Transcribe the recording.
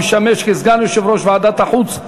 המשמש כסגן יושב-ראש ועדת החוץ.